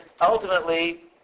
ultimately